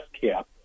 cap